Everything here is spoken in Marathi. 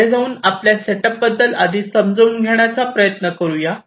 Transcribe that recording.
तर आपण पुढे जाऊन आपल्या सेटअपबद्दल आधी समजून घेण्याचा प्रयत्न करूया